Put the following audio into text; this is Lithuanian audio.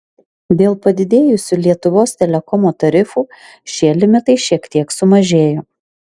dėl padidėjusių lietuvos telekomo tarifų šie limitai šiek tiek sumažėjo